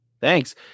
Thanks